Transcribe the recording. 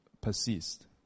persist